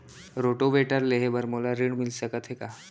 Rotavator लेहे बर मोला ऋण मिलिस सकत हे का?